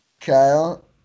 Kyle